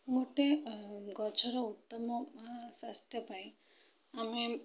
ଗୋଟେ ଗଛର ଉତ୍ତମ ସ୍ୱାସ୍ଥ୍ୟ ପାଇଁ ଆମେ